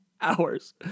hours